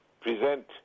present